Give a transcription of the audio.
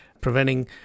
preventing